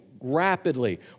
rapidly